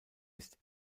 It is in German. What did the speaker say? ist